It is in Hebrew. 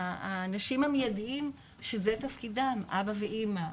האנשים המיידים שזה תפקידם-אבא ואמא,